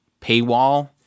paywall